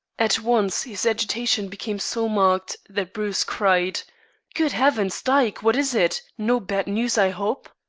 at once his agitation became so marked that bruce cried good heavens, dyke, what is it? no bad news, i hope?